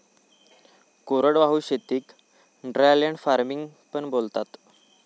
कोरडवाहू शेतीक dryland farming पण बोलतात